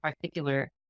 particular